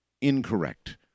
incorrect